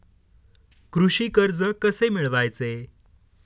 कृषी कर्ज कसे मिळवायचे?